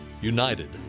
united